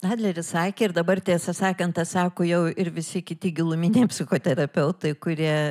adleris sakė ir dabar tiesą sakan tą sako jau ir visi kiti giluminiai psichoterapeutai kurie